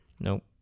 Nope